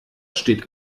steht